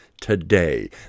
today